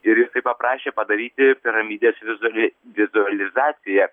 ir jisai paprašė padaryti piramidės vizuali vizualizaciją